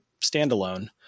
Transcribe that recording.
standalone